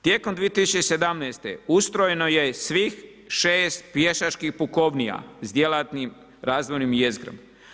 Tijekom 2017. ustrojeno je svih 6 pješačkih pukovnija s djelatnom razvojnom jezgrom.